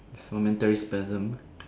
momentary spasm